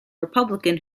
republican